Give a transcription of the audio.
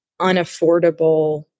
unaffordable